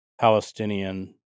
palestinian